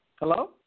Hello